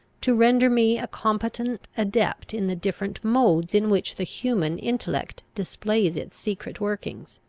to render me a competent adept in the different modes in which the human intellect displays its secret workings.